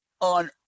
on